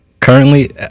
currently